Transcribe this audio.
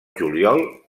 juliol